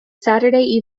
saturday